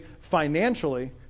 financially